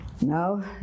No